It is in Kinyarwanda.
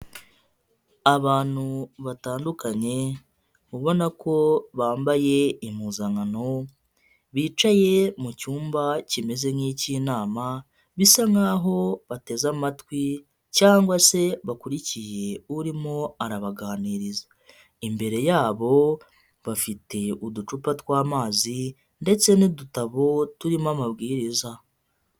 Abantu batandukanye ubona ko bambaye impuzankano, bicaye mu cyumba kimeze nk'icy'inama bisa nk'aho bateze amatwi cyangwa se bakurikiye urimo arabaganiriza, imbere y'abo bafite uducupa tw'amazi ndetse n'udutabo turimo amabwiriza.